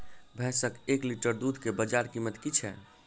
भैंसक एक लीटर दुध केँ बजार कीमत की छै?